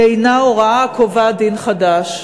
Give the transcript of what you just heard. היא אינה הוראה הקובעת דין חדש.